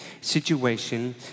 situation